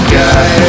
guy